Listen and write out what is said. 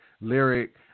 Lyric